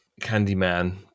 Candyman